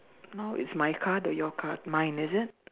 now it's my card your card mine is it